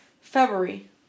February